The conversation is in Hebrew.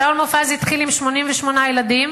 שאול מופז התחיל עם 88 ילדים,